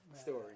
story